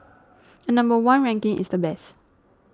a number one ranking is the best